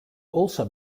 also